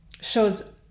shows